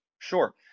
sure